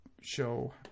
show